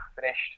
finished